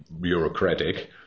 bureaucratic